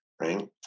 Right